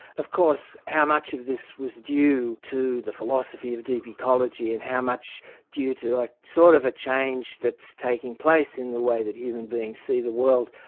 of course how much of this was due to the philosophy of deep ecology and how much due to a sort of a change that's taking place in the way that human beings see the world,